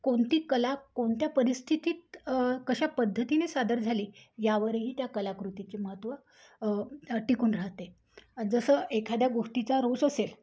कोणती कला कोणत्या परिस्थितीत कशा पद्धतीने सादर झाली यावरही त्या कलाकृतीचे महत्त्व टिकून राहते जसं एखाद्या गोष्टीचा रोष असेल